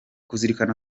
kuzirikana